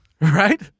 Right